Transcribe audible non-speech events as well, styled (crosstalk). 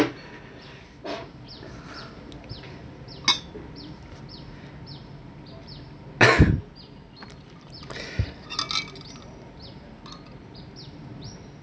(coughs)